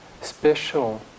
special